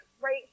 right